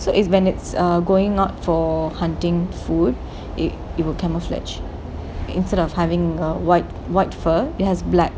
so it's when it's going out for hunting food it it will camouflage instead of having a white white fur it has black